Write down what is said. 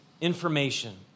information